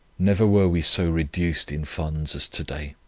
never were we so reduced in funds as to-day.